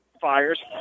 fires